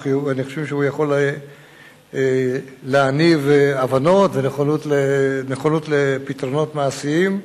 אני חושב שהוא יכול להניב הבנות ונכונות לפתרונות מעשיים.